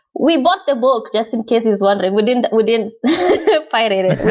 we bought the book just in case he's wondering. we didn't we didn't pirate it.